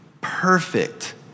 perfect